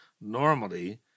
normally